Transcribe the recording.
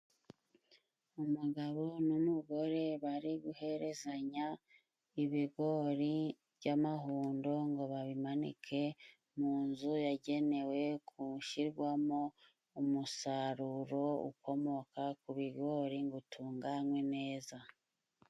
Umugabo n'umugore bari guherezanya ibigori by'amahundo, ngo babimanike mu nzu yagenewe gushyirwamo umusaruro ukomoka ku bigori, ngo utunganywe neza.